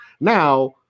Now